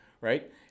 right